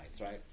right